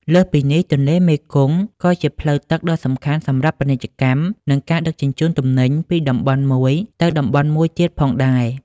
លើសពីនេះ ទន្លេមេគង្គក៏ជាផ្លូវទឹកដ៏សំខាន់សម្រាប់ពាណិជ្ជកម្ម និងការដឹកជញ្ជូនទំនិញពីតំបន់មួយទៅតំបន់មួយទៀតផងដែរ។